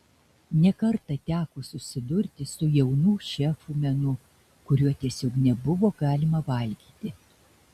ne kartą teko susidurti su jaunų šefų menu kurio tiesiog nebuvo galima valgyti